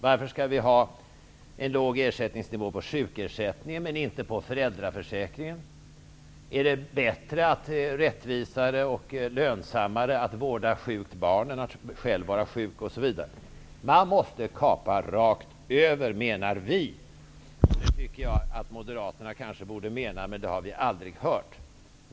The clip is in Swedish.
Varför skall det vara en låg ersättningsnivå i sjukförsäkringen men inte i föräldraförsäkringen? Skall det det vara bättre, rättvisare och lönsammare att vårda sjukt barn än att själv vara sjuk? Vi menar att man måste kapa rakt över. Det tycker vi att också Moderaterna borde mena, men det har vi aldrig hört någonting om.